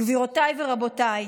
גבירותיי ורבותיי,